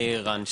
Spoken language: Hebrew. אני רן שי,